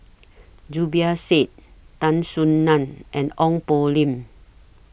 Zubir Said Tan Soo NAN and Ong Poh Lim